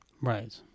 Right